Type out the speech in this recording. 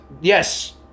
yes